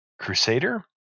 Crusader